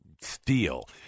steel